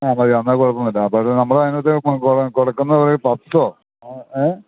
ആ മതി എന്നാൽ കുഴപ്പം ഒന്നുമില്ല ആ പക്ഷെ നമ്മൾ അതിനകത്ത് കൊടുക്കുന്നത് പപ്സോ ങേ